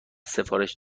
سفارش